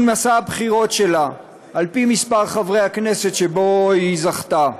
מסע הבחירות שלה על-פי מספר חברי הכנסת שבהם היא זכתה.